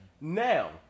Now